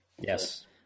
Yes